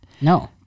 No